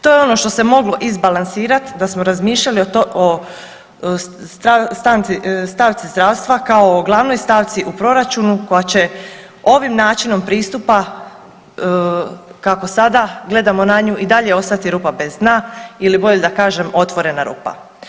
To je ono što se moglo izbalansirat da se smo razmišljali o stavci zdravstva kao o glavnoj stavci u proračunu koja će ovim načinom pristupa kako sada gledamo na nju i dalje ostati rupa bez dna ili bolje da kažem otvorena rupa.